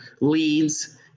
leads